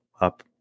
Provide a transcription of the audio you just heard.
up